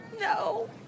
No